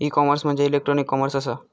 E commerce म्हणजे electronic commerce असा